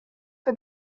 for